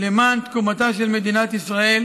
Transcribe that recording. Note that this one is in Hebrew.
למען תקומתה של מדינת ישראל,